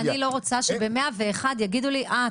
אני לא רוצה שב-101 יגידו לי 'אה,